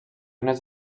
unes